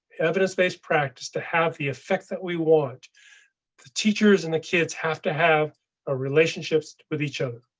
evidence based practice to have the effect that we want the teachers and the kids have to have a relationship with each other.